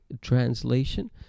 translation